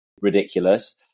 ridiculous